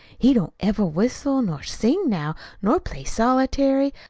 he don't ever whistle nor sing now, nor play solitary,